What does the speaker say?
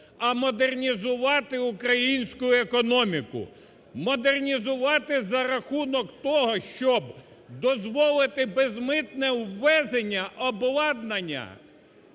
а модернізувати українську економіку, модернізувати за рахунок того, щоб дозволити безмитне ввезення обладнання,